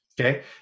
okay